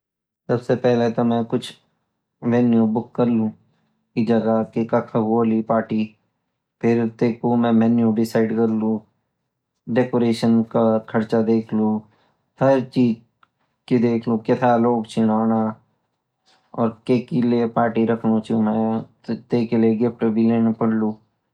सबसे पहला तो मई कुछ वेन्यू बुक करलु की जगह की कख होली पार्टी फिर तेकु मई मेनू डिसाइड करलु डेकोरेशन का खर्चा देखलु हर चीज़ देखलु कथा लोग चीओना और कई काईन लिए पार्टी रखणु चिओ मई तो टेके लिए गिफ्ट भी लेना पड़लू